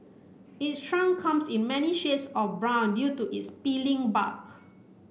its trunk comes in many shades of brown due to its peeling bark